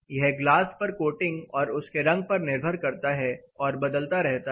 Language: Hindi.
यह ग्लास पर कोटिंग और उसके रंग पर निर्भर करता है और बदलता रहता है